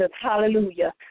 hallelujah